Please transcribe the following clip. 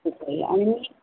ठीक आहे आणि